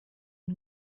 den